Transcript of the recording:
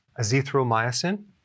azithromycin